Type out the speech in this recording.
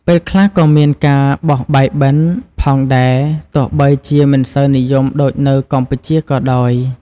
ពេលខ្លះក៏មានការ បោះបាយបិណ្ឌផងដែរ ទោះបីជាមិនសូវនិយមដូចនៅកម្ពុជាក៏ដោយ។